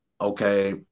okay